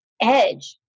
edge